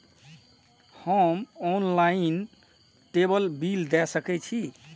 हम online table bill दे सके छी?